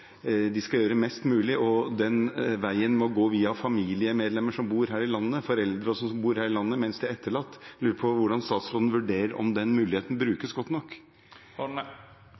de skal gjøre mest mulig, og den veien må gå via familiemedlemmer og foreldre som bor her i landet, mens barna er etterlatt. Jeg lurer på hvordan statsråden vurderer om den muligheten brukes godt nok.